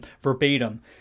verbatim